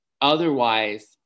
otherwise